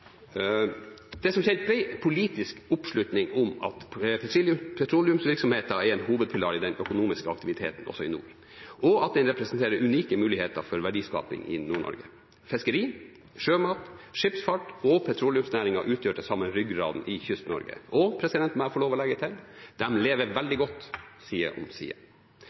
Det er som kjent bred politisk oppslutning om at petroleumsvirksomheten er en hovedpilar i den økonomiske aktiviteten også i nord, og at den representerer unike muligheter for verdiskaping i Nord-Norge. Fiskeri, sjømat, skipsfart og petroleumsnæringen utgjør til sammen ryggraden i Kyst-Norge, og – jeg må få lov å legge til – de lever godt side om side.